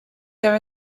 there